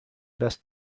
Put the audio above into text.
best